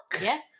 Yes